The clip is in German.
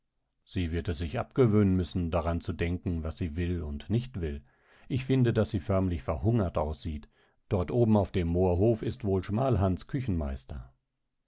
sie wird es sich abgewöhnen müssen daran zu denken was sie will und nicht will ich finde daß sie förmlich verhungert aussieht dort oben auf dem moorhof ist wohl schmalhans küchenmeister